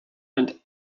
and